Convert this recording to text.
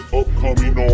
upcoming